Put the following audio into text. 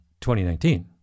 2019